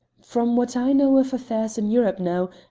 from what i know of affairs in europe now,